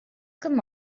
come